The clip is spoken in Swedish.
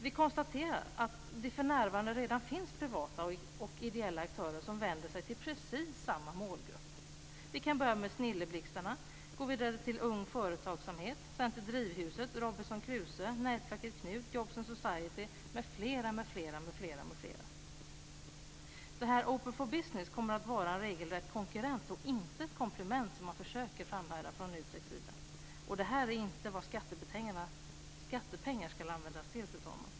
Vi konstaterar att det för närvarande redan finns privata och ideella aktörer som vänder sig till precis samma målgrupp. Vi kan börja med Snilleblixtarna, gå vidare till Ung Företagsamhet, Drivhuset, Robinson Crusoe, nätverket KNUT, Jobs & Society m.fl. Open for Business kommer att vara en regelrätt konkurrent och inte ett komplement, som man försöker framhärda från NU TEK:s sida. Det är inte vad skattepengar ska användas till, fru talman.